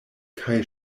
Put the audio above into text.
kaj